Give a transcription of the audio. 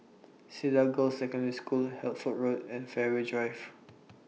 Cedar Girls' Secondary School Hertford Road and Fairways Drive